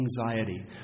anxiety